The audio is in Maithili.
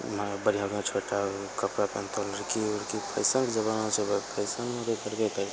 बढ़िआँ बढ़िआँ छोटा कपड़ा पेहनतऽ लड़की उरकी फैशनके जमाना छै भाय फैशन करबे करतऽ